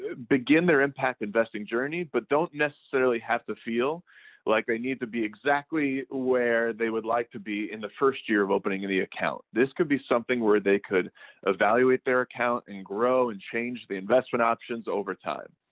ah begin their impact investing journey but don't necessarily have to feel like they need to be exactly where they would like to be in the first year of opening the account. this could be something where they evaluate their account and grow and change the investment options over time.